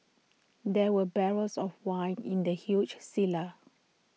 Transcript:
there were barrels of wine in the huge cellar